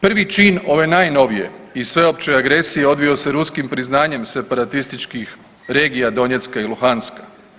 Prvi čin ove najnovije i sveopće agresije odvio se ruskim priznanjem separatističkih regija Donjecka i Luhanska.